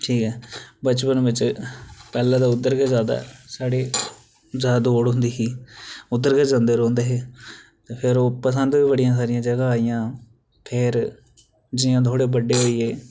ठीक ऐ बचपन बिच्च पैह्लें ते उद्धर गै साढ़े जादै दौड़ होंदी ही उद्धर गै जंदे रौंह्दे हे ते फिर ओह् पसंद गै बड़ियां सारियां जगहां आइयां फिर जियां थोह्ड़े बड्डे होई गे